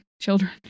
children